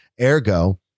Ergo